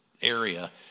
area